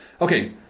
Okay